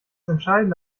entscheidende